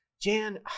Jan